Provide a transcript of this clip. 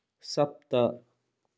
सप्त